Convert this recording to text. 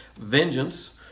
vengeance